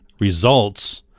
results